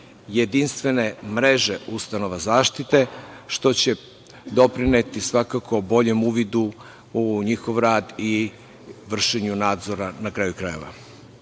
jedinstvene mreže ustanova zaštite, što će doprineti svakako boljem uvidu u njihov rad i vršenju nadzora na kraju krajeva.